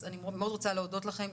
אז אני מאוד רוצה להודות לכם,